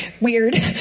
Weird